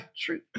true